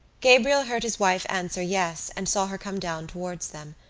gabriel heard his wife answer yes and saw her come down towards them.